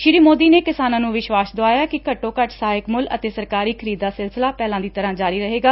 ਸ੍ੀ ਸੋਦੀ ਨੇ ਕਿਸਾਨਾਂ ਨੂੰ ਵਿਸ਼ਵਾਸ਼ ਦੁਆਇਆ ਕਿ ਘੱਟੋ ਘੱਟ ਸਹਾਇਕ ਮੁੱਲ ਅਤੇ ਸਰਕਾਰੀ ਖਰੀਦ ਦਾ ਸਿਲਸਿਲਾ ਪਹਿਲਾਂ ਦੀ ਤਰੁਾ ਜਾਰੀ ਰਹੇਗਾ